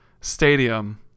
stadium